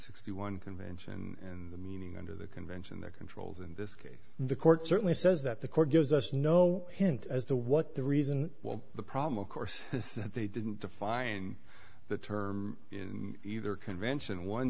eighty one convention and the meaning under the convention that controls in this case the court certainly says that the court gives us no hint as to what the reason well the problem of course is that they didn't define the term in either convention one